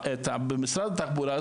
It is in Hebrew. במשרד התחבורה,